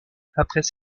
après